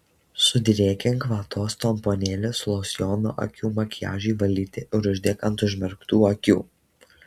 sudrėkink vatos tamponėlius losjonu akių makiažui valyti ir uždėk ant užmerktų akių